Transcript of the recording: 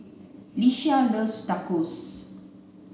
Ieshia loves Tacos